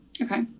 okay